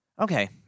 Okay